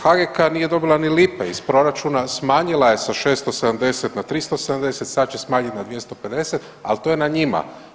HGK nije dobila ni lipe iz proračuna, smanjila je sa 670 na 370 sad će smanjit na 250, ali to je na njima.